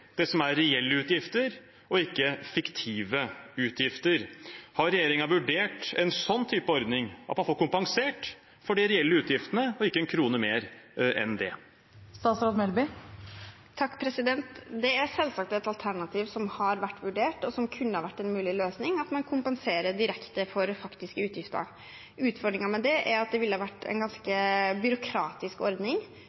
det kompenseres for det som er reelle utgifter og ikke fiktive utgifter. Har regjeringen vurdert en slik type ordning, der man får kompensert for de reelle utgiftene og ikke en krone mer enn det? Det er selvsagt et alternativ som har vært vurdert, og som kunne ha vært en mulig løsning – at man kompenserer direkte for faktiske utgifter. Utfordringen med det er at det ville vært en ganske